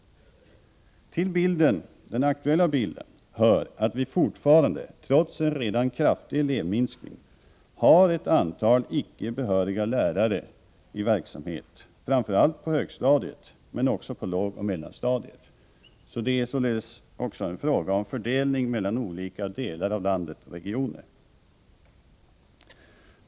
Till den aktuella bilden hör att vi fortfarande, trots en redan kraftig elevminskning, har ett antal icke behöriga lärare i verksamhet, framför allt på högstadiet men också på lågoch mellanstadiet. Det är således också en fråga om fördelning mellan olika regioner i landet.